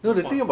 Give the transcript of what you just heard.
no point